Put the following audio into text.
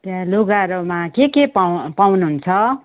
त्यहाँ लुगाहरूमा के के पाउ पाउनुहुन्छ